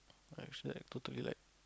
like is like totally like